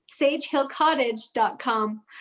sagehillcottage.com